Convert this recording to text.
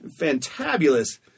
fantabulous